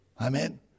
Amen